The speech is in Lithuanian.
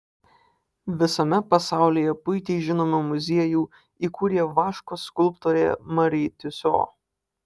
visame pasaulyje puikiai žinomą muziejų įkūrė vaško skulptorė mari tiuso